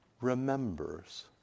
remembers